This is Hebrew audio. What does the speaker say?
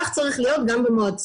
כך צריך להיות גם במועצות.